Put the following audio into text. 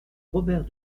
robert